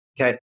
okay